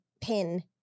pin